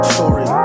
Story